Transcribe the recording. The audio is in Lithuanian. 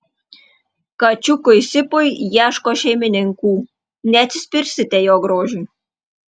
kačiukui sipui ieško šeimininkų neatsispirsite jo grožiui